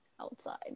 outside